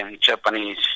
Japanese